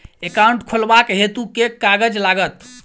Account खोलाबक हेतु केँ कागज लागत?